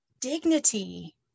dignity